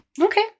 okay